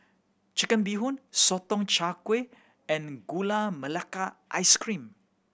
Chicken Bee Hoon Sotong Char Kway and Gula Melaka Ice Cream